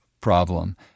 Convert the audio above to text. problem